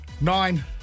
Nine